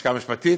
וללשכה המשפטית,